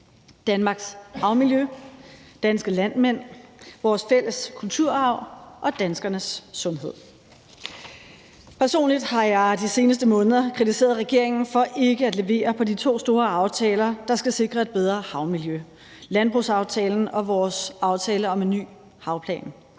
Danmarks havmiljø, danske landmænd, vores fælles kulturarv og danskernes sundhed. Personligt har jeg de seneste måneder kritiseret regeringen for ikke at levere på de to store aftaler, der skal sikre et bedre havmiljø – landbrugsaftalen og vores aftale om en ny havplan.